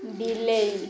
ବିଲେଇ